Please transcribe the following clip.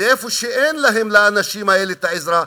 למי שאין להם, לאנשים האלה, לתת את העזרה.